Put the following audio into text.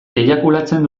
eiakulatzen